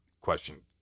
question